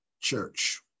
church